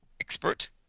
expert